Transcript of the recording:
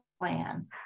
plan